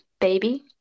baby